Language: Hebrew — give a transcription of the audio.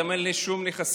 גם אין לי שום נכסים,